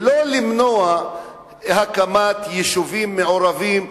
ולא למנוע הקמת יישובים מעורבים,